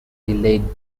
delayed